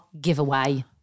giveaway